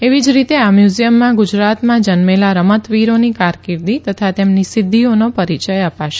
એવી જ રીતે આ મ્યુઝિયમ માં ગુજરાતમાં જન્મેલા રમતવિરોની કારકિર્દી તથા તેમની સિદ્ધિઓનો પરિચય અપાશે